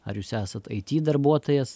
ar jūs esat it darbuotojas